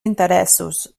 interessos